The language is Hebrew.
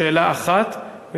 שאלה אחת,